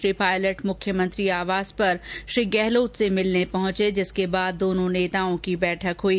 श्री पायलट मुख्यमंत्री आवास पर श्री गहलोत से मिलने पहुंचे जिसके बाद दोनों नेताओं की बैठक हुई